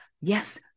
Yes